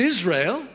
Israel